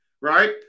right